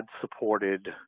supported